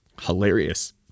hilarious